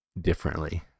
differently